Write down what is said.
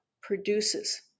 produces